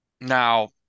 now